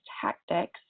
tactics